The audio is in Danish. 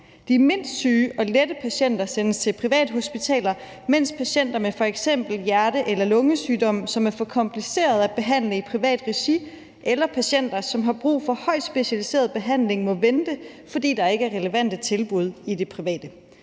De mindst syge og »lette« patienter sendes til privathospitaler, mens patienter med f.eks. hjerte- eller lungesygdom, som er for komplicerede at behandle i privat regi, eller patienter, som har brug for højtspecialiseret behandling, må vente, fordi der ikke er relevante tilbud i det private.